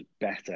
better